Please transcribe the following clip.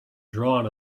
drawn